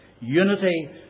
unity